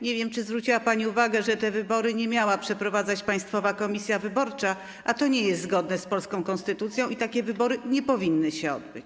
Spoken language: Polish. Nie wiem, czy zwróciła pani uwagę, że tych wyborów nie miała przeprowadzać Państwowa Komisja Wyborcza, a to nie jest zgodne z polską konstytucją i takie wybory nie powinny się odbyć.